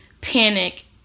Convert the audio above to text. panic